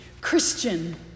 Christian